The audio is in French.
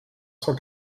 cent